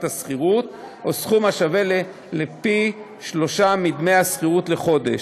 השכירות או סכום השווה לפי שלושה מדמי השכירות לחודש,